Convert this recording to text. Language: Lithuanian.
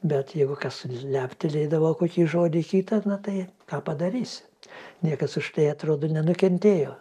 bet jeigu kas leptelėdavo kokį žodį kitą na tai ką padarysi niekas už tai atrodo nenukentėjo